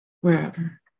wherever